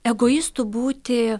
egoistu būti